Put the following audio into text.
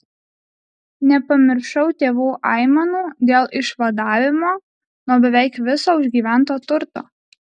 nepamiršau tėvų aimanų dėl išvadavimo nuo beveik viso užgyvento turto